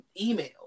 email